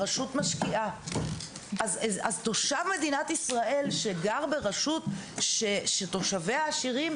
הרשות משקיעה.״ אז תושב מדינת ישראל שגר ברשות שתושביה עשירים,